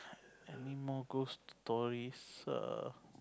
anymore goes to toys err